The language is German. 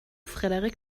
frederik